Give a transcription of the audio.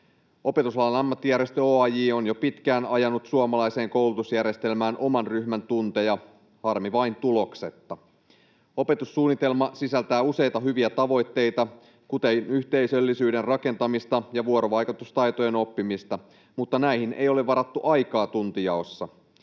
Opetusalan Ammattijärjestö OAJ on jo pitkään ajanut suomalaiseen koulutusjärjestelmään oman ryhmän tunteja, harmi vain tuloksetta. Opetussuunnitelma sisältää useita hyviä tavoitteita, kuten yhteisöllisyyden rakentamista ja vuorovaikutustaitojen oppimista, mutta näihin ei ole varattu aikaa tuntijaossa.